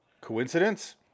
Coincidence